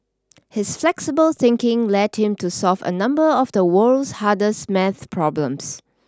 his flexible thinking led him to solve a number of the world's hardest math problems